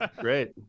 great